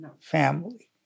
family